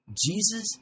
Jesus